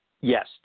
Yes